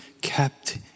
kept